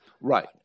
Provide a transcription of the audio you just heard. right